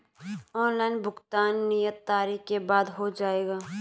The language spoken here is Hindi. ऑनलाइन भुगतान नियत तारीख के बाद हो जाएगा?